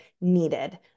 needed